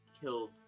killed